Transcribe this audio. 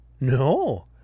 No